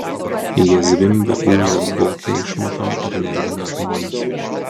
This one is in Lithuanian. jie zvimbia ūžia dvokia išmatom ir nervina žmones